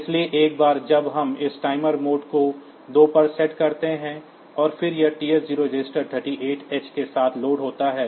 इसलिए एक बार जब हम इस टाइमर मोड को 2 पर सेट करते हैं और फिर यह TH 0 रजिस्टर 38 h के साथ लोड होता है